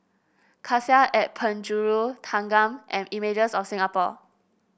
Cassia at Penjuru Thanggam and Images of Singapore